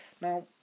now